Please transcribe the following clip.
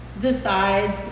decides